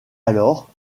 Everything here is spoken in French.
alors